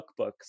cookbooks